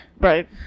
Right